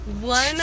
one